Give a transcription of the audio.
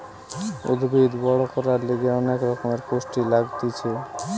উদ্ভিদ বড় করার লিগে অনেক রকমের পুষ্টি লাগতিছে